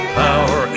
power